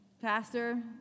Pastor